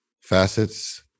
facets